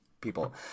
people